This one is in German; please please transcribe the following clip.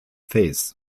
face